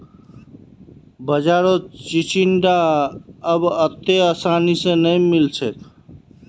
बाजारत चिचिण्डा अब अत्ते आसानी स नइ मिल छेक